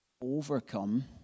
overcome